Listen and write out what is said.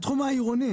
התחום העירוני,